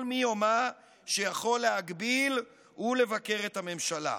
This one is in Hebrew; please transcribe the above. מי או מה שיכול להגביל ולבקר את הממשלה.